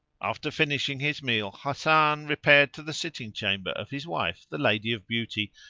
after finishing his meal hasan repaired to the sitting-chamber of his wife, the lady of beauty,